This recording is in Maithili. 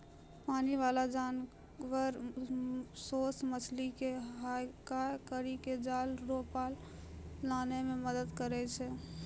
पानी बाला जानवर सोस मछली के हड़काय करी के जाल रो पास लानै मे मदद करै छै